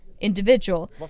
individual